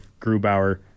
Grubauer